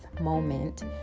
moment